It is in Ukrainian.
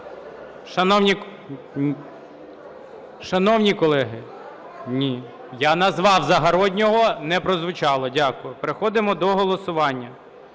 Шановні колеги, ні. Я назвав Загороднього. Не прозвучало. Дякую. Переходимо до голосування.